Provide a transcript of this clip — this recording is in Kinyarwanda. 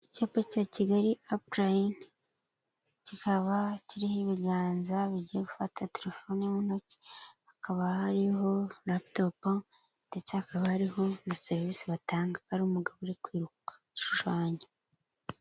Icyapa cya Kigali appline kikaba kiriho ibiganza bigiye gufata telefoni mu ntoki, hakaba hariho laputopu ndetse hakaba hariho na serivisi batanga hari umugabo uri kwiruka ushushanya.